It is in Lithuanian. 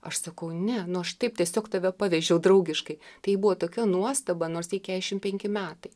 aš sakau ne nu aš taip tiesiog tave pavežiau draugiškai tai buvo tokia nuostaba nors jai keturiasdešimt penki metai